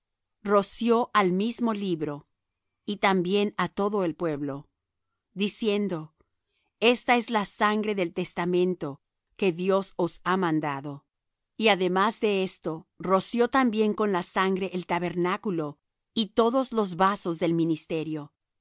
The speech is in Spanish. roció al mismo libro y también á todo el pueblo diciendo esta es la sangre del testamento que dios os ha mandado y además de esto roció también con la sangre el tabernáculo y todos los vasos del ministerio